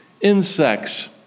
insects